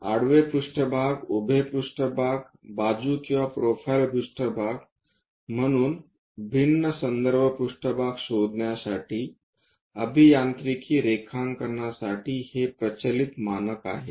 आडवा पृष्ठभाग उभे पृष्ठभाग बाजू किंवा प्रोफाइल पृष्ठभाग म्हणून भिन्न संदर्भ पृष्ठभाग शोधण्यासाठी अभियांत्रिकी रेखांकनासाठी ही प्रचलित मानक आहेत